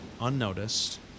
unnoticed